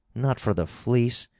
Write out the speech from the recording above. not for the fleece,